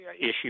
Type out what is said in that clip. issue